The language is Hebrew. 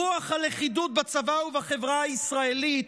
רוח הלכידות בצבא ובחברה הישראלית,